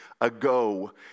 ago